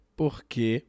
porque